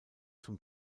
zum